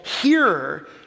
hearer